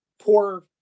poor